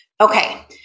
Okay